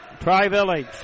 Tri-Village